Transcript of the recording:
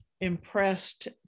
impressed